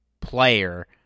player